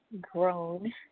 grown